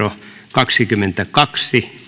kaksikymmentäkaksi